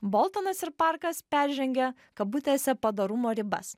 boltonas ir parkas peržengė kabutėse padorumo ribas